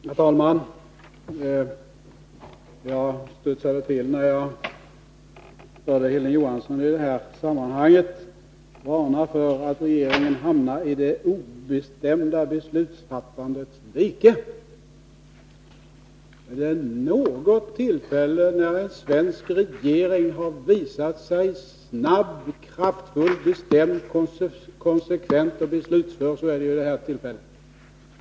Herr talman! Jag studsade till när jag hörde Hilding Johansson i det här sammanhanget varna för att regeringen hamnar i det obestämda beslutsfattandets dike. Är det vid något tillfälle en svensk regering har visat sig snabb, kraftfull, bestämd, konsekvent och beslutsför är det ju vid det här tillfället.